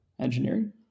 engineering